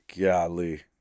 Golly